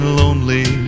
lonely